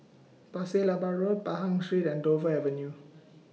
Pasir Laba Road Pahang Street and Dover Avenue